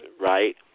right